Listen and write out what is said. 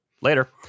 later